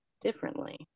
differently